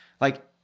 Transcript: Like-